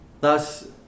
Thus